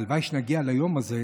והלוואי שנגיע ליום הזה,